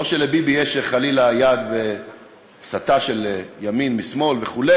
לא שלביבי יש חס וחלילה יד בהסתה של ימין משמאל וכו',